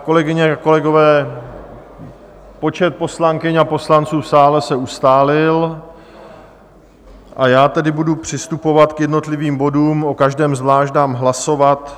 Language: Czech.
Kolegyně, kolegové, počet poslankyň a poslanců v sále se ustálil, a já tedy budu přistupovat k jednotlivým bodům, o každém zvlášť dám hlasovat.